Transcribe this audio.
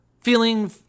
feeling